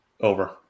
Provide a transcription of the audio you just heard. Over